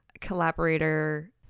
collaborator